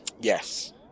Yes